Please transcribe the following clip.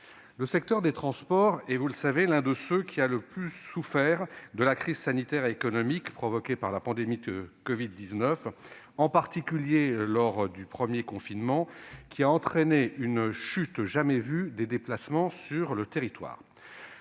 Le secteur des transports, vous le savez, est l'un de ceux qui ont le plus souffert de la crise sanitaire et économique provoquée par la pandémie de covid-19, en particulier lors du premier confinement, lequel a entraîné une chute inédite des déplacements sur le territoire.